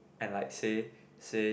and like say say